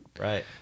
right